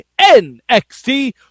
NXT